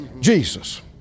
Jesus